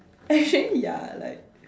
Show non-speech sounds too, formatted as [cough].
actually [laughs] ya like